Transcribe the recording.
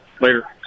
later